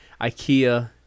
IKEA